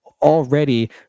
already